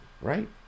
right